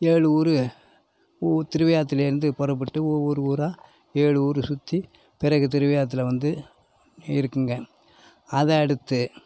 ஏழு ஊர் ஊ திருவையாத்துலருந்து புறப்பட்டு ஒவ்வொரு ஊராக ஏழு ஊர் சுற்றி பிறகு திருவாயாத்தில் வந்து இருக்குங்க அதை அடுத்து